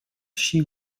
she